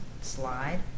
slide